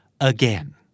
Again